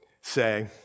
say